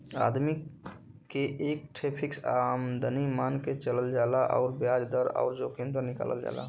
आदमी के एक ठे फ़िक्स आमदमी मान के चलल जाला अउर बियाज दर अउर जोखिम दर निकालल जाला